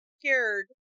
cured